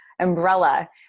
Umbrella